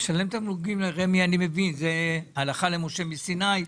לשלם תמלוגים לרמ"י אני מבין זה הלכה למשה מסיני.